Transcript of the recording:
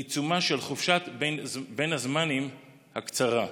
בעיצומה של חופשת בין הזמנים הקצרה,